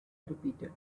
repeated